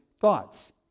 thoughts